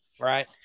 Right